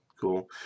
cool